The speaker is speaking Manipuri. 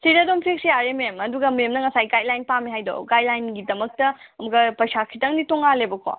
ꯁꯤꯗ ꯑꯗꯨꯝ ꯐꯤꯛꯁ ꯌꯥꯔꯦ ꯃꯦꯝ ꯑꯗꯨꯒ ꯃꯦꯝꯅ ꯉꯁꯥꯏ ꯒꯥꯏꯠꯂꯥꯏꯟ ꯄꯥꯝꯃꯦ ꯍꯥꯏꯗꯣ ꯒꯥꯏꯠꯂꯥꯏꯟꯒꯤꯗꯃꯛꯇ ꯑꯃꯨꯛꯀ ꯄꯩꯁꯥ ꯈꯤꯇꯪꯗꯤ ꯇꯣꯡꯉꯥꯜꯂꯦꯕ ꯀꯣ